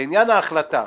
לעניין ההחלטה,